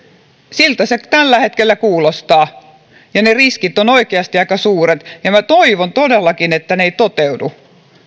siltä se tällä hetkellä kuulostaa ja ne riskit ovat oikeasti aika suuret minä toivon todellakin että ne eivät toteudu